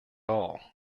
all